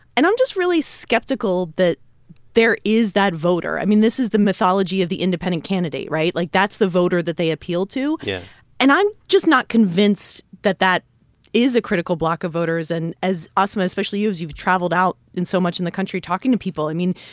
and i'm just really skeptical that there is that voter i mean, this is the mythology of the independent candidate, right? like, that's the voter that they appeal to. yeah and i'm just not convinced that that is a critical bloc of voters. and as asma especially you as you've traveled out in so much in the country talking to people, i mean,